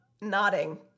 nodding